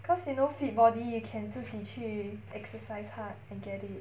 cause you know fit body you can 自己去 exercise hard and get it